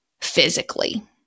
physically